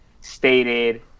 stated